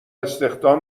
استخدام